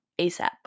ASAP